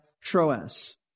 Troas